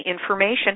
information